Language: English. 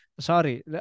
Sorry